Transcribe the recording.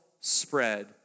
spread